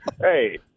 hey